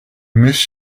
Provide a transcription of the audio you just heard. miss